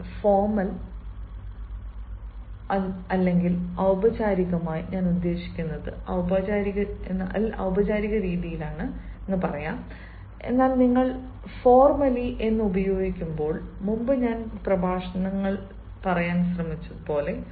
അതിനാൽ ഔപചാരികമായി ഞാൻ ഉദ്ദേശിക്കുന്നത് ഔപചാരിക രീതിയിലാണ് എന്നാൽ നിങ്ങൾ " ഫോർമെർലി" ഉപയോഗിക്കുമ്പോൾ മുമ്പ് ഞാൻ പ്രഭാഷണങ്ങൾ നടത്താൻ ശ്രമിച്ചു